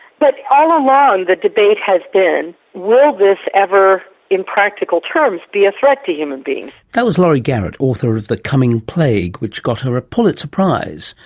but all along the debate has been will this ever in practical terms be a threat to human beings? that was laurie garrett, author of the coming plague which got her a pulitzer prize.